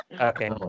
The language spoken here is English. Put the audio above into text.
okay